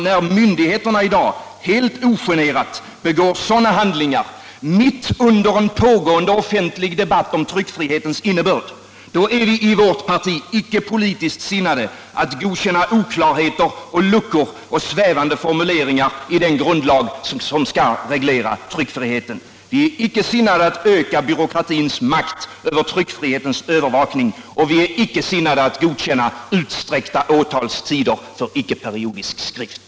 När myndigheterna i dag helt ogenerat begår sådana handlingar mitt under en pågående offentlig debatt om tryckfrihetens innebörd, då är vi i vårt parti icke politiskt sinnade att godkänna oklarheter, luckor och svävande formuleringar i den grundlag som skall reglera tryckfriheten. Vi är icke sinnade att öka byråkratins makt över tryckfrihetens övervakning, och vi är icke sinnade att godkänna utsträckta åtalstider för icke-periodisk skrift.